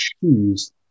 choose